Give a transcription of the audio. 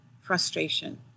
frustration